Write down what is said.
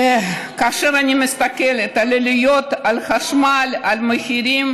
וכאשר אני מסתכלת על עליות החשמל והמחירים